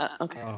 Okay